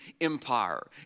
Empire